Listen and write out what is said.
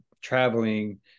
traveling